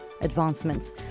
advancements